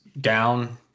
down